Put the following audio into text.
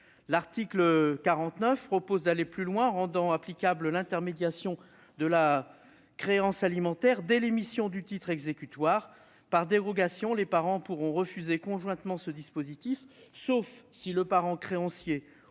L'article 49 propose d'aller plus loin en rendant applicable l'intermédiation de la créance alimentaire dès l'émission du titre exécutoire. Par dérogation, les parents pourront refuser conjointement ce dispositif, sauf si le parent créancier